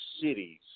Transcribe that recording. cities